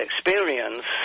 experience